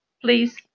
please